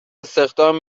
استخدام